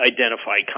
Identify